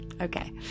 Okay